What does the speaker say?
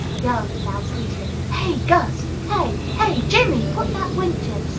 yell without ceasing hey, gus! hey! hey, jimmie! put that winch in!